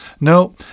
No